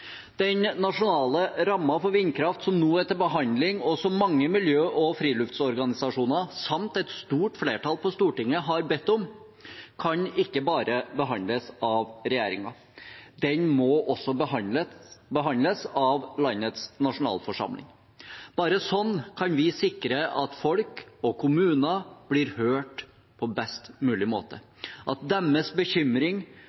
Den nasjonale rammen for vindkraft som nå er til behandling, og som mange miljø- og friluftsorganisasjoner samt et stort flertall på Stortinget har bedt om, kan ikke bare behandles av regjeringen. Den må også behandles av landets nasjonalforsamling. Bare sånn kan vi sikre at folk og kommuner blir hørt på best mulig